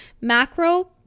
macro